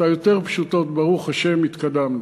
ביותר פשוטות, ברוך השם התקדמנו.